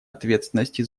ответственности